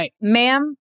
ma'am